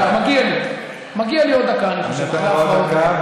כל הכבוד, שרת המשפטים.